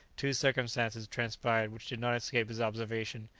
two circumstances transpired which did not escape his observation,